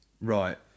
right